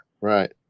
right